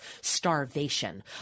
starvation